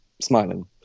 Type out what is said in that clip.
smiling